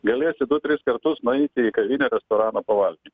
galėsi du tris kartus nueiti į kavinę restoraną pavalgyt